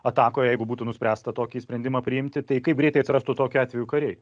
ataką o jeigu būtų nuspręsta tokį sprendimą priimti tai kaip greitai atsirastų tokiu atveju kariai